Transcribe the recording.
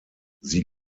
sie